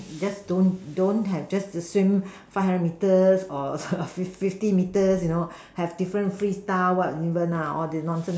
just don't don't have just assume five hundred metres or fif~ fifty metres have different free styles what even lah all these nonsense